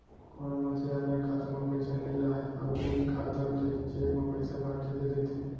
कोनो मनसे ह बेंक खाता म पइसा नइ राहय अउ उहीं खाता के चेक म पइसा भरके दे देथे